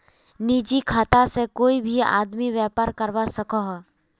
निजी खाता से कोए भी आदमी व्यापार करवा सकोहो